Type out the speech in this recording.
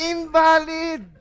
Invalid